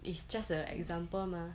it's just a example mah